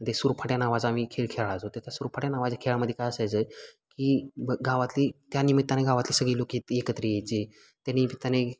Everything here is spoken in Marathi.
ते सुरफाट्या नावाचा आम्ही खेळ खेळायचो तर त्या सुरफाट्या नावाच्या खेळामध्ये काय असायचं आहे की ब गावातली त्यानिमित्तानं गावातली सगळी लोकं येथे एकत्र यायची त्या निमित्ताने